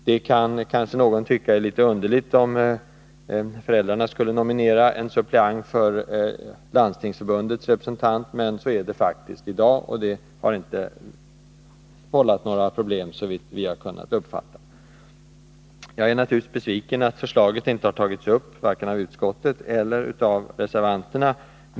Någon tycker kanske att det är underligt att föräldrarna skall kunna nominera en suppleant för Landstingsförbundets representant, men så sker faktiskt i dag. Och det har inte vållat några problem, såvitt vi har kunnat uppfatta. Jag är naturligtvis besviken över att förslaget inte har tagits upp, varken av utskottet eller reservanterna.